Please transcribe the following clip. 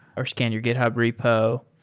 or scan your github repo.